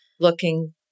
looking